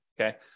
okay